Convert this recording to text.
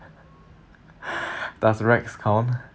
does rack count